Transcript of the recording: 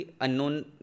unknown